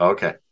Okay